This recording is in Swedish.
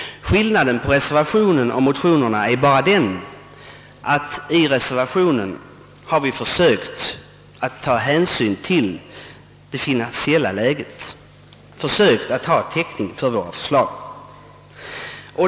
Skillnaden mellan reservationen och motionerna är bara den att vi i reservationen har försökt att ta hänsyn till det finansiella läget, försökt få täckning för våra förslag.